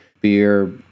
beer